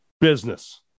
business